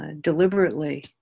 deliberately